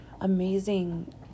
amazing